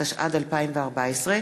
התשע"ד 2014,